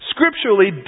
Scripturally